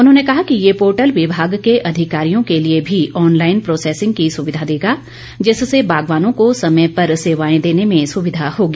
उन्होंने कहा कि यह पोर्टल विभाग के अधिकारियों के लिए भी ऑनलाइन प्रोसेसिंग की सुविधा देगा जिससे बागवानों को समय पर सेवाएं देने में सुविधा होगी